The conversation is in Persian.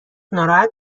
ناراحت